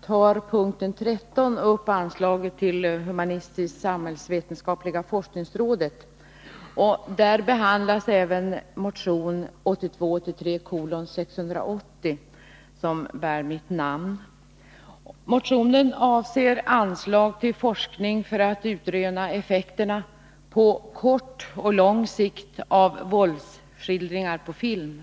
tas under punkt 13 upp anslaget till humanistisk-samhällsvetenskapliga forskningsrådet. Där behandlas även motion 1982/83:680, som bär bl.a. mitt namn. Motionen avser anslag till forskning för att utröna effekterna på kort och lång sikt av våldsskildringar på film.